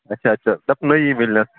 اَچھا اَچھا دَپ نٔیی میلنٮ۪س